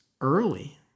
early